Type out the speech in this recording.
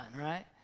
right